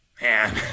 Man